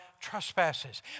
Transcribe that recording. trespasses